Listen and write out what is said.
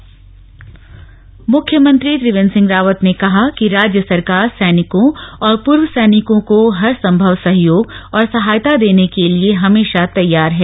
मुख्यमंत्री पूर्व सैनिक मुख्यमंत्री त्रिवेन्द्र सिंह रावत ने कहा कि राज्य सरकार सैनिकों और पूर्व सैनिकों को हर संभव सहयोग और सहायता देने के लिए हमेशा तैयार है